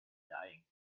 dying